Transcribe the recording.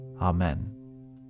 Amen